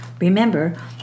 Remember